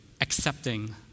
accepting